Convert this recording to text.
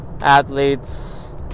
athletes